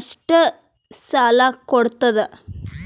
ಅಷ್ಟೇ ಸಾಲಾ ಕೊಡ್ತದ್